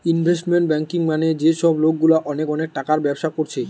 investment banking মানে যে সব লোকগুলা অনেক অনেক টাকার ব্যবসা কোরছে